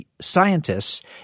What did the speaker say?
scientists